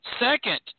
Second